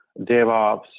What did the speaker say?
DevOps